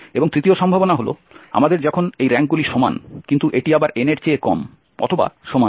এবং তৃতীয় সম্ভাবনা হল আমাদের যখন এই র্যাঙ্কগুলি সমান কিন্তু এটি আবার n এর চেয়ে কম অথবা সমান